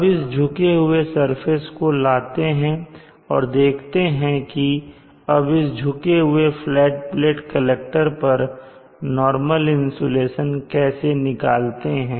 अब इस झुके हुए सरफेस को लाते हैं और देखते हैं की अब झुके हुए फ्लैट प्लेट कलेक्टर पर नॉर्मल इंसुलेशन कैसे निकालते हैं